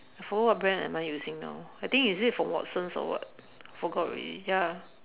I forgot what brand am I using now I think is it from Watsons or what forgot already ya